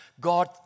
God